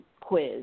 quiz